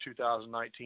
2019